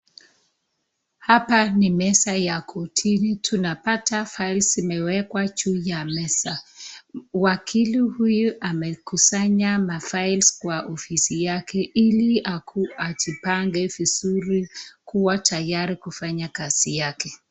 Hapa ni meza ya kortini, tunapata files zimewekwa juu ya meza. Wakili huyu amekusanya mafiles kwa ofisi yake, ili ajipange vizuri kuwa tayari kufanya kazi yake.